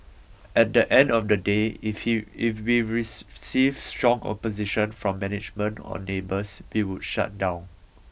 at the end of the day if if we received strong opposition from management or neighbours we would shut down